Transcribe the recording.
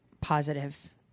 positive